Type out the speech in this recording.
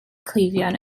cleifion